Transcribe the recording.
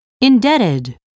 Indebted